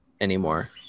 anymore